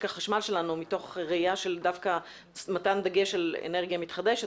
החשמל שלנו מתוך ראייה של מתן דגש על אנרגיה מתחדשת,